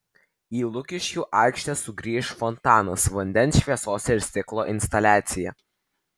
į lukiškių aikštę sugrįš fontanas vandens šviesos ir stiklo instaliacija